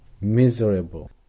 miserable